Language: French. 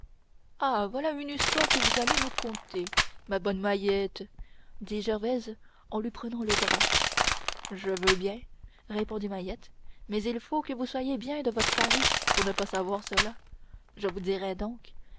ah voilà une histoire que vous allez nous conter ma bonne mahiette dit gervaise en lui prenant le bras je veux bien répondit mahiette mais il faut que vous soyez bien de votre paris pour ne pas savoir cela je vous dirai donc mais